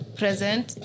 present